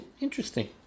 interesting